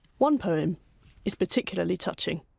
one poem is particularly touching.